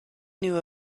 knew